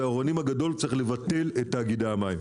באורנים הגדול צריך לבטל את תאגידי המים.